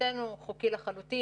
מבחינתנו חוקי לחלוטין,